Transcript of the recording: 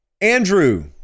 Andrew